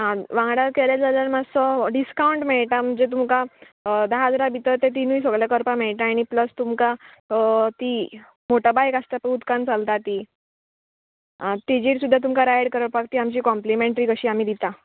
आ वांगडा केले जाल्यार मातसो डिस्कावंट मेळटा म्हणजे तुमकां धा हजारा भितर ते तिनूय सगले करपा मेळटा आनी प्लस तुमकां ती मोटो बायक आसता पळय उदकान चलता ती तेजेर सुद्दां तुमकां रायड करपाक ती आमची कॉम्प्लिमेंट्री कशी आमी दिता